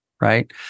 Right